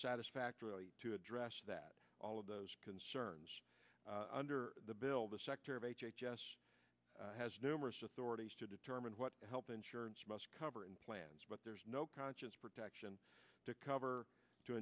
satisfactorily to address that all of those concerns under the bill the sector of h h s has numerous authorities to determine what health insurance must cover in plans but there is no conscience protection to cover to